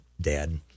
Dad